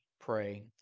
pray